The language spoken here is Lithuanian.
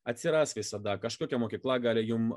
atsiras visada kažkokia mokykla gali jum